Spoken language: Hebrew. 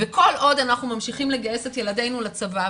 וכל עוד אנחנו ממשיכים לגייס את ילדינו לצבא,